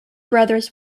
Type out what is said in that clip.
brothers